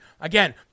Again